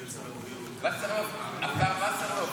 וסרלאוף,